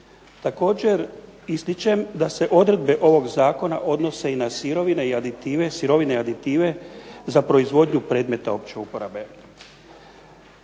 Također, ističem da se odredbe ovog zakona odnose i na sirovine i aditive za proizvodnju predmeta opće uporabe.